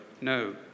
no